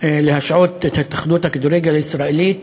להשעות את התאחדות הכדורגל הישראלית